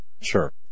sure